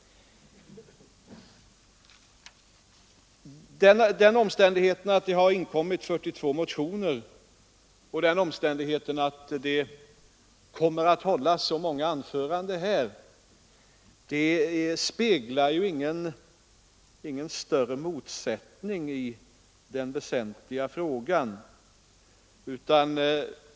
Den omständigheten att det har inkommit 42 motioner och att det kommer att hållas så många anföranden här i dag avspeglar ändå ingen större motsättning i den väsentliga frågan.